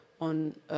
on